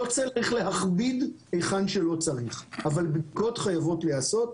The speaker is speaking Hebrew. לא צריך להכביד היכן שלא צריך אבל בדיקות חייבות להיעשות,